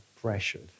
pressured